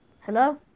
Hello